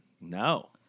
No